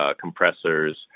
compressors